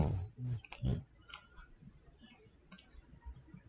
okay